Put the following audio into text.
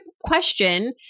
question